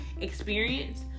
experience